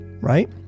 right